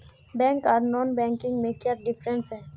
Bank आर non banking में क्याँ डिफरेंस है?